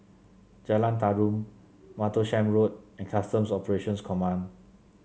Jalan Tarum Martlesham Road and Customs Operations Command